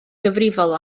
gyfrifol